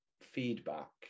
feedback